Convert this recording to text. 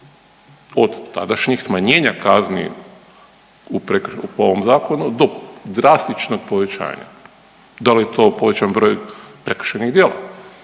od tadašnjih smanjenja kazni po ovom zakonu do drastičnog povećanja. Da li je to povećani broj prekršajnih djela?